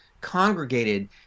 congregated